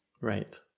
Right